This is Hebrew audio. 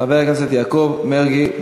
חבר הכנסת יעקב מרגי.